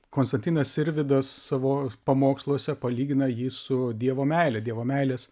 konstantinas sirvydas savo pamoksluose palygina jį su dievo meile dievo meilės